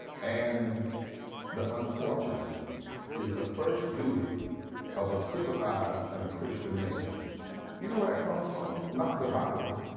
and the un fortunate is the first duty of a civilized and a christian nation. do you know where that comes from? not the bible.